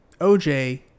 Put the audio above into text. OJ